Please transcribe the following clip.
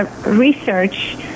research